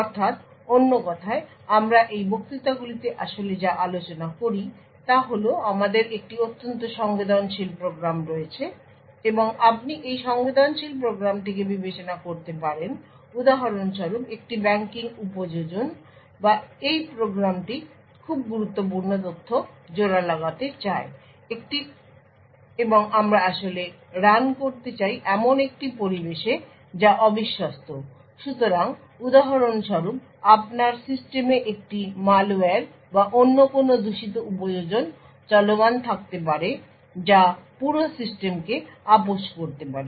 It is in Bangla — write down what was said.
অর্থাৎ অন্য কথায় আমরা এই বক্তৃতাগুলিতে আসলে যা আলোচনা করি তা হল যে আমাদের একটি অত্যন্ত সংবেদনশীল প্রোগ্রাম রয়েছে এবং আপনি এই সংবেদনশীল প্রোগ্রামটিকে বিবেচনা করতে পারেন উদাহরণস্বরূপ একটি ব্যাংকিং উপযোজন বা এই প্রোগ্রামটি খুব গুরুত্বপূর্ণ তথ্য জোড়া লাগাতে চায় এবং আমরা আসলে রান করতে চাই এমন একটি পরিবেশে যা অবিশ্বস্ত সুতরাং উদাহরণস্বরূপ আপনার সিস্টেমে একটি ম্যালওয়্যার বা অন্য কোনও দূষিত উপযোজন চলমান থাকতে পারে যা পুরো সিস্টেমকে আপস করতে পারে